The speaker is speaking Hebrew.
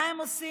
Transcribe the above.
מה הם עושים?